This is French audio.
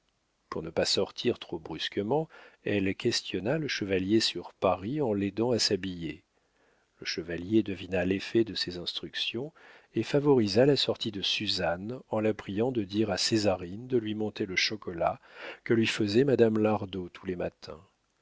pour ne pas sortir trop brusquement elle questionna le chevalier sur paris en l'aidant à s'habiller le chevalier devina l'effet de ses instructions et favorisa la sortie de suzanne en la priant de dire à césarine de lui monter le chocolat que lui faisait madame lardot tous les matins